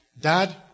Dad